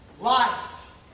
Life